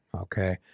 okay